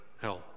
hell